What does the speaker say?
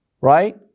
right